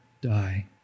die